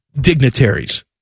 dignitaries